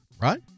right